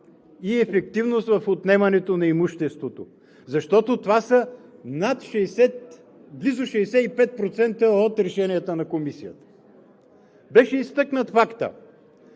и ефективност в отнемането на имуществото, защото това са близо 65% от решенията на Комисията. Беше изтъкнат фактът,